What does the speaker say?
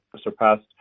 surpassed